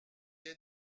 est